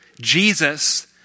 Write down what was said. Jesus